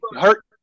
hurt